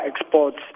exports